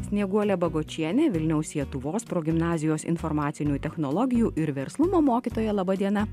snieguolė bagočienė vilniaus sietuvos progimnazijos informacinių technologijų ir verslumo mokytoja laba diena